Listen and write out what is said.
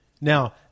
Now